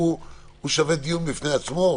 זה שווה דיון גדול בפני עצמו.